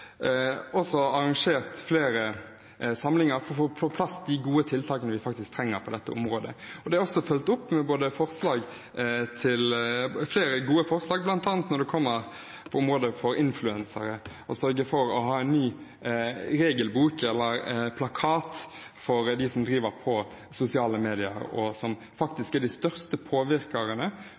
også fulgt opp med flere gode forslag bl.a. når det kommer til området for influencere, det å sørge for å ha en ny regelbok eller plakat for dem som driver på sosiale medier, og som faktisk er de største påvirkerne